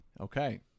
Okay